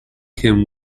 can